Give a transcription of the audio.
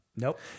Nope